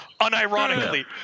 unironically